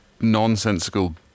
nonsensical